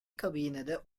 kabinede